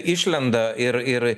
išlenda ir ir